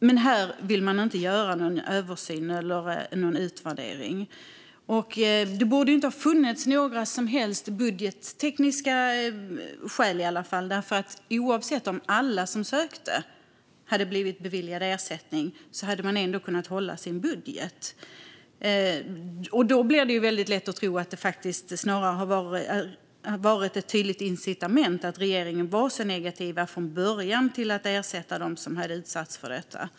Men här vill man inte göra någon översyn eller utvärdering. Det borde inte ha funnits några som helst budgettekniska skäl, för även om alla som sökte hade blivit beviljade ersättning hade man ändå kunnat hålla sin budget. Då blir det väldigt lätt att tro att det snarare har funnits ett tydligt incitament eftersom regeringen från början var så negativ till att ersätta dem som utsatts för detta.